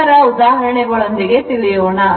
ನಂತರ ಉದಾಹರಣೆಗಳೊಂದಿಗೆ ತಿಳಿಯೋಣ